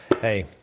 Hey